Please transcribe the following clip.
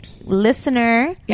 listener